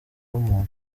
w’umuntu